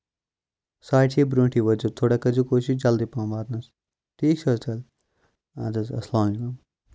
ساڑِ شیٚیہِ برونٹھٕے وٲتزیٚو تھوڑا کٔر زیٚو کوٗشِش جلد پَہم واتنَس ٹھیٖک چھُ حظ تیٚلہٕ اَدٕ حظ السلامُ علیکُم